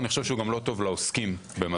אני חושב שהוא לא טוב גם לעוסקים במזון.